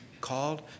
called